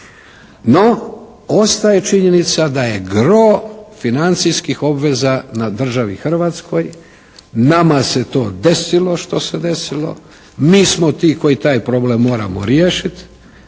No ostaje činjenica da je gro financijskih obveza na državi Hrvatskoj. Nama se to desilo što se desilo. Mi smo ti koji taj problem moramo riješiti